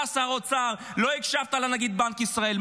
אתה, שר האוצר, לא הקשבת לנגיד בנק ישראל.